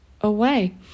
away